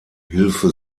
hilfe